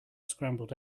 scrambled